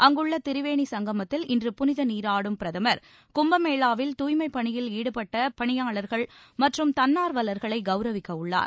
அங்குள்ள திரிவேணி சங்கமத்தில் இன்று புனித நீராடும் பிரதமர் கும்பமேளாவில் தூய்மைப் பணியில் ஈடுபட்ட பணியாளர்கள் மற்றும் தன்னார்வலர்களை கௌரவிக்க உள்ளார்